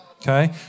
okay